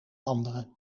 andere